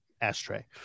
ashtray